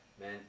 Man